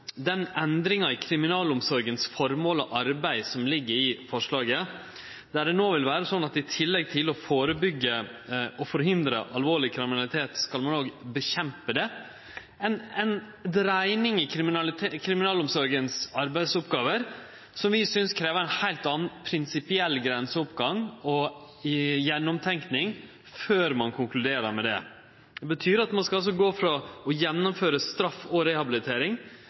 den endringa i kriminalomsorga sitt føremål og arbeid som ligg i forslaget, der det no vil vere slik at i tillegg til å førebyggje og forhindre alvorleg kriminalitet skal ein òg kjempe mot den. Det er ei dreiing i kriminalomsorga sine arbeidsoppgåver som vi synest krev ein heilt anna prinsipiell grenseoppgang og gjennomtenking før ein konkluderer med det. Det betyr at ein altså skal gå frå å gjennomføre straff og rehabilitering